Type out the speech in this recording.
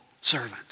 servant